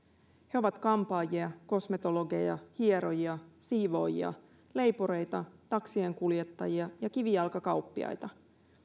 he ovat kampaajia kosmetologeja hierojia siivoojia leipureita taksinkuljettajia ja kivijalkakauppiaita